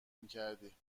میکردی